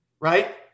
right